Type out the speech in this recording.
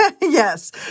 Yes